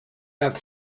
have